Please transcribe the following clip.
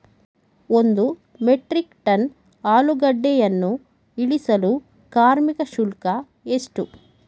ಒಂದು metric tonne ಆಲೂಗೆಡ್ಡೆಯನ್ನು ಇಳಿಸಲು ಕಾರ್ಮಿಕ ಶುಲ್ಕ ಎಷ್ಟು?